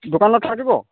দোকানত থাকিব